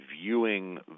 viewing